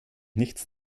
nichts